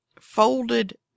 folded